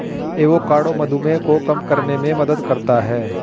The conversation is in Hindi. एवोकाडो मधुमेह को कम करने में मदद करता है